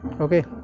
Okay